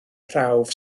prawf